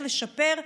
איך לשפר.